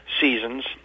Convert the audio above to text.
seasons